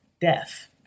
death